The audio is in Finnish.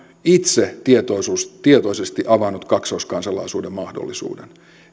itse tietoisesti tietoisesti avannut kaksoiskansalaisuuden mahdollisuuden